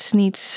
niet